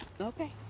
Okay